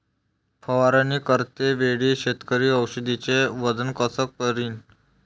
फवारणी करते वेळी शेतकरी औषधचे वजन कस करीन?